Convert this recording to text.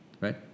right